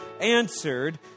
answered